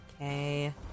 Okay